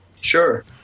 Sure